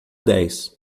dez